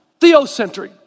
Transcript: theocentric